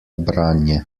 branje